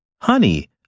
Honey